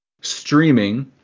streaming